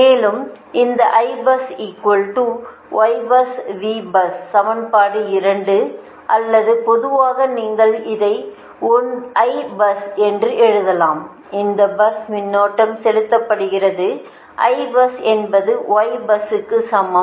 மேலும் இந்த சமன்பாடு 2 அல்லது பொதுவாக நீங்கள் இதை I பஸ் என்று எழுதலாம் இது பஸ் மின்னோட்டம் செலுத்தப்படுகிறது I பஸ் என்பது Y பஸ்க்கு சமம்